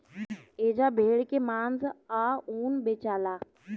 एजा भेड़ के मांस आ ऊन बेचाला